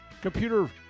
computer